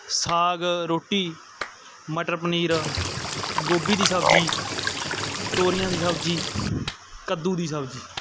ਸਾਗ ਰੋਟੀ ਮਟਰ ਪਨੀਰ ਗੋਭੀ ਦੀ ਸਬਜ਼ੀ ਤੋਰੀਆਂ ਦੀ ਸਬਜ਼ੀ ਕੱਦੂ ਦੀ ਸਬਜ਼ੀ